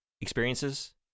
experiences